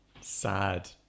sad